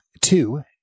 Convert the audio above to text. two